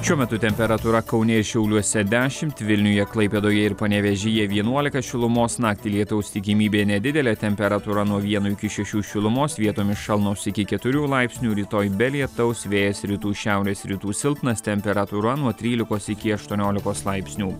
šiuo metu temperatūra kaune ir šiauliuose dešimt vilniuje klaipėdoje ir panevėžyje vienuolika šilumos naktį lietaus tikimybė nedidelė temperatūra nuo vieno iki šešių šilumos vietomis šalnos iki keturių laipsnių rytoj be lietaus vėjas rytų šiaurės rytų silpnas temperatūra nuo trylikos iki aštuoniolikos laipsnių